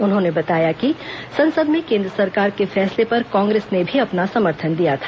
उन्होंने बताया कि संसद में केंद्र सरकार के फैसले पर कांग्रेस ने भी अपना समर्थन दिया था